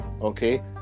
okay